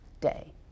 day